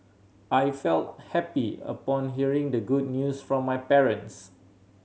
I felt happy upon hearing the good news from my parents